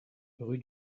rue